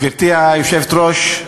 גברתי היושבת-ראש,